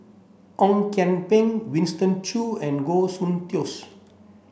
Ong Kian Peng Winston Choo and Goh Soon Tioes